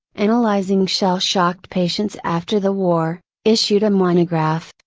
analyzing shell shocked patients after the war, issued a monograph,